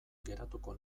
geratuko